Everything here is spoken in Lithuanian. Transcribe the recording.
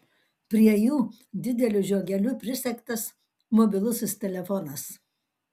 prie jų dideliu žiogeliu prisegtas mobilusis telefonas